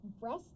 breast